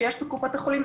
שיש בקופות החולים,